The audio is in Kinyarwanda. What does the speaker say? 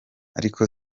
ariko